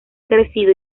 crecido